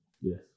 Yes